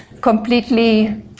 completely